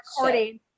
recording